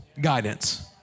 guidance